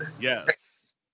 Yes